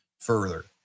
further